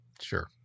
Sure